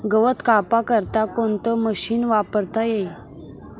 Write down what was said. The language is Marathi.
गवत कापा करता कोणतं मशीन वापरता ई?